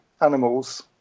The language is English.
animals